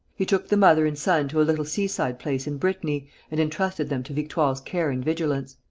he took the mother and son to a little seaside place in brittany and entrusted them to victoire's care and vigilance.